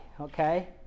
okay